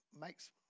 makes